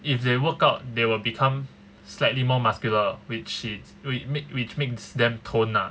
if they work out they will become slightly more muscular which is which which makes them tone ah